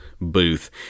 booth